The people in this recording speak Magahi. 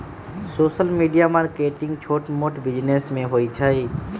सोशल मीडिया मार्केटिंग छोट मोट बिजिनेस में होई छई